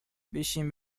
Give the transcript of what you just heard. بشین